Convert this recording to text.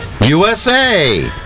USA